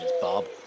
Bob